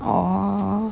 orh